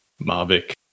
Mavic